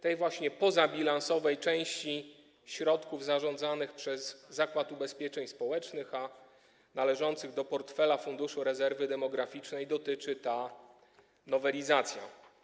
Tej właśnie pozabilansowej części środków zarządzanych przez Zakład Ubezpieczeń Społecznych i należących do portfela Funduszu Rezerwy Demograficznej dotyczy ta nowelizacja.